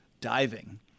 diving